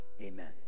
Amen